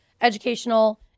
Educational